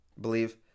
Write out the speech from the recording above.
believe